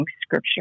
Scripture